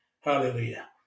Hallelujah